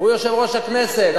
הוא יושב-ראש הכנסת.